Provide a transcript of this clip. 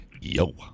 yo